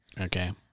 Okay